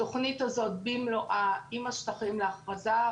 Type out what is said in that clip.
התוכנית הזאת במלואה עם השטחים לאכרזה,